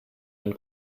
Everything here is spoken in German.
ein